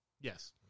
Yes